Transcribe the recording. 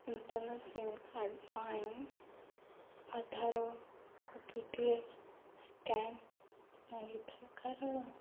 ନୂତନ sim card ପାଇଁ ପାଇଁ ଆଧାର କପିଟିଏ ସ୍କାନ୍ ଲାଗିଥାଏ କାରଣ